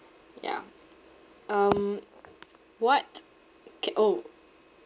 yeah um what k~ orh